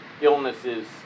illnesses